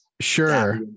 Sure